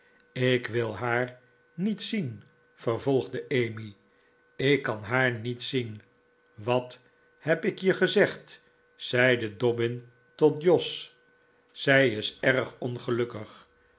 ik wil haar niet zien vervolgde emmy ik kan haar niet zien wat heb ik je gezegd zeide dobbin tot jos zij is erg ongelukkig